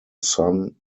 son